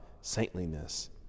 saintliness